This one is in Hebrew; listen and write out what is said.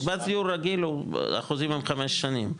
מקבץ דיור רגיל החוזים הם לחמש שנים.